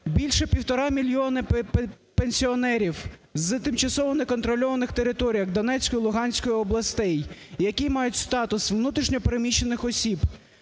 Більше 1,5 мільйона пенсіонерів з тимчасово неконтрольованих територій Донецької, Луганської областей, які мають статус внутрішньо переміщених осіб,